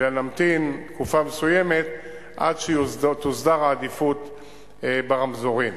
אלא נמתין תקופה מסוימת עד שתוסדר העדיפות ברמזורים.